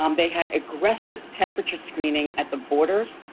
um they had aggressive temperature screening at the borders,